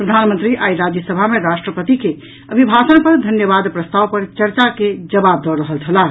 प्रधानमंत्री आई राज्यसभा मे राष्ट्रपति के अभिभाषण पर धन्यवाद प्रस्ताव पर चर्चा के जवाब दऽ रहल छलाह